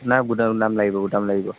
নাই গোডাম লাগিব গোডাম লাগিব